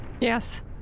yes